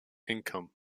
income